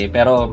Pero